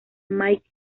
mike